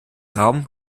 raum